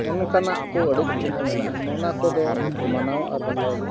ᱚᱱᱠᱟᱱᱟᱜ ᱠᱚ ᱟᱹᱰᱤ ᱪᱮᱦᱨᱟ ᱢᱮᱱᱟᱜᱼᱟ ᱱᱚᱜᱼᱚ ᱱᱚᱣᱟ ᱠᱚᱫᱚ ᱢᱟᱱᱟᱣ ᱟᱨ ᱵᱟᱛᱟᱣ ᱜᱮ